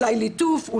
אולי ליטוף,